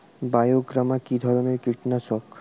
বায়োগ্রামা কিধরনের কীটনাশক?